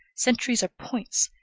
centuries are points,